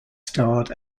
starred